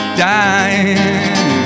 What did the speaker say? dying